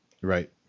Right